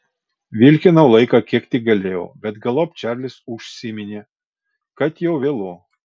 vilkinau laiką kiek tik galėjau bet galop čarlis užsiminė kad jau vėlu